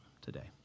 today